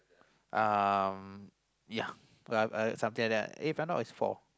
uh ya uh uh something like that if I'm not wrong it's four